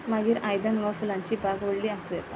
मागीर आयदन वा फुलांची बाग व्हडली आसूं येता